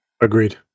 Agreed